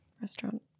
restaurant